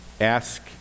Ask